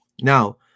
Now